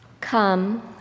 Come